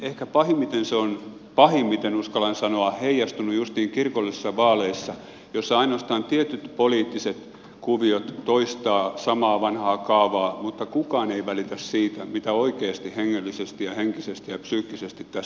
ehkä pahimmiten se on uskallan sanoa heijastunut justiin kirkollisissa vaaleissa joissa ainoastaan tietyt poliittiset kuviot toistavat samaa vanhaa kaavaa mutta kukaan ei välitä siitä mitä oikeasti hengellisesti ja henkisesti ja psyykkisesti tässä maassa tapahtuu